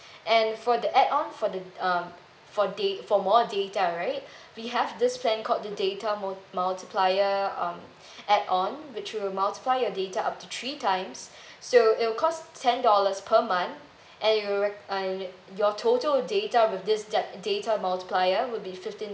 and for the add on for the um for da~ for more data right we have this plan called the data mo~ multiplier um add on which will multiply your data up to three times so it will cost ten dollars per month and you will re~ and you your total data with this da~ data multiplier will be fifteen